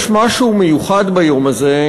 יש משהו מיוחד ביום הזה,